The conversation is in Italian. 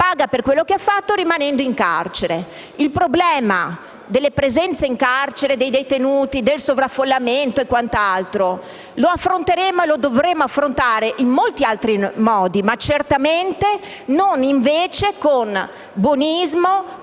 pagherà per quello che ha fatto, rimanendo in carcere. Il problema delle presenze in carcere dei detenuti, del sovraffollamento e quant'altro lo affronteremo e lo dovremo affrontare in molti altri modi, ma certamente non con il buonismo